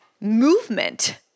movement